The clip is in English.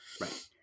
Right